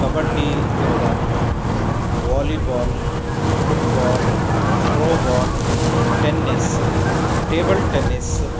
कब्बड्डी इति वदामः volleyball football throwball tennis table tennis